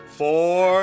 four